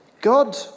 God